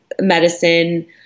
medicine